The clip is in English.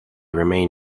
remain